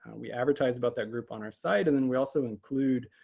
and we advertise about that group on our site and then we also include